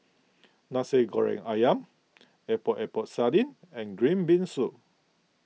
Nasi Goreng Ayam Epok Epok Sardin and Green Bean Soup